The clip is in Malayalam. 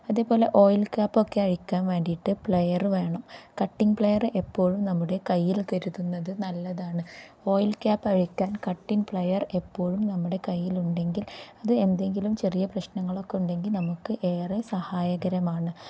അതേപോലെ ഓയിൽ ക്യാപ്പൊക്കെ അഴിക്കാൻ വേണ്ടിയിട്ട് പ്ലെയറ് വേണം കട്ടിംഗ് പ്ലെയറ് എപ്പോഴും നമ്മുടെ കയ്യിൽ കരുതുന്നത് നല്ലതാണ് ഓയിൽ ക്യാപ്പ് അഴിക്കാൻ കട്ടിംഗ് പ്ലെയർ എപ്പോഴും നമ്മുടെ കയ്യിലുണ്ടെങ്കിൽ അത് എന്തെങ്കിലും ചെറിയ പ്രശ്നങ്ങളൊക്കെ ഉണ്ടെങ്കിൽ നമുക്ക് ഏറെ സഹായകരമാണ്